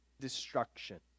destruction